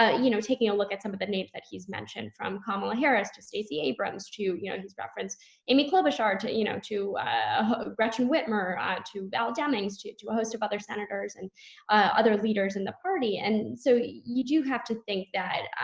ah you know, taking a look at some of the but names that he's mentioned from kamala harris to stacey abrams, to yeah he's referenced amy klobuchar to, you know, to gretchen whitmer ah to val demings, to to a host of other senators and other leaders in the party. and so you do have to think